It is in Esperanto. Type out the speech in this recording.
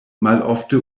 malofte